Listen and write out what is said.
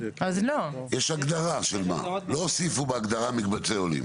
יש הגדרה של מה, לא הוסיפו בהגדרה מקבצי עולים.